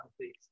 please